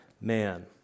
man